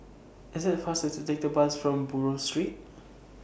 IS IT faster to Take The Bus from Buroh Street